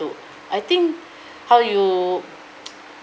to I think how you